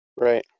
Right